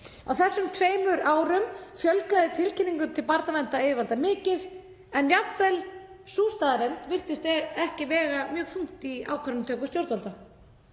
Á þessum tveimur árum fjölgaði tilkynningum til barnaverndaryfirvalda mikið en jafnvel sú staðreynd virtist ekki vega mjög þungt í ákvarðanatöku stjórnvalda.